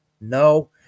no